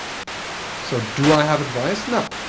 so do i have advice? no.